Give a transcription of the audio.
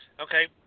okay